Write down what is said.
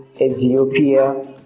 Ethiopia